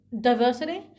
diversity